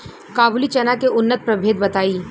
काबुली चना के उन्नत प्रभेद बताई?